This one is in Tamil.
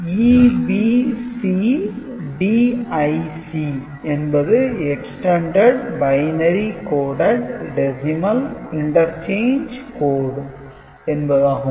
EBCDIC என்பது Extented Binary Coded Decimal Interchange Code என்பதாகும்